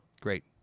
Great